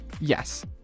Yes